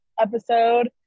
episode